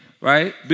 Right